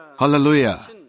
Hallelujah